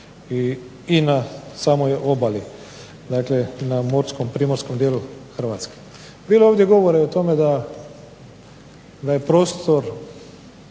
i na samoj obali. Dakle, i na morskom i primorskom dijelu Hrvatske. Bilo je ovdje govora i o tome da je prostor